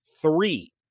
three